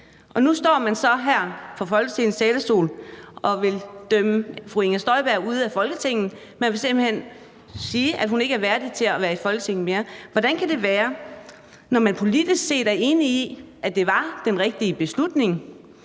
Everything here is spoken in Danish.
Nu står man så her fra Folketings talerstol og vil dømme fru Inger Støjberg ude af Folketinget. Man vil simpelt hen sige, at hun ikke er værdig til at være i Folketinget mere. Hvordan kan det være, når man politisk set er enig i, at det var den rigtige beslutning,